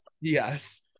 yes